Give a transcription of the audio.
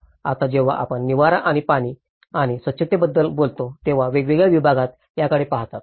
आता जेव्हा आपण निवारा आणि पाणी आणि स्वच्छतेबद्दल बोलतो तेव्हा वेगवेगळे विभाग त्याकडे पाहतात